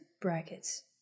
brackets